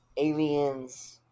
aliens